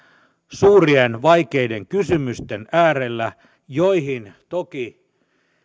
suurien vaikeiden kysymysten äärellä joihin toki